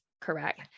correct